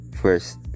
first